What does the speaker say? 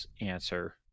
answer